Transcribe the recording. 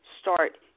start